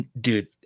Dude